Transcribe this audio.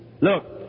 Look